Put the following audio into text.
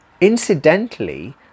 incidentally